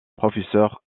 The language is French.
professeur